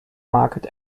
market